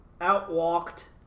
out-walked